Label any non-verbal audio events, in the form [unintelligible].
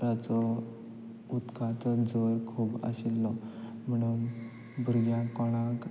[unintelligible] उदकाचो झर खूब आशिल्लो म्हणून भुरग्यांक कोणाक